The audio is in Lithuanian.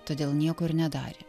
todėl nieko ir nedarė